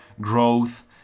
growth